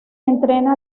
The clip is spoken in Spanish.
entrena